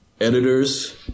Editors